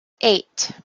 eight